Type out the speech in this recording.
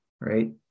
right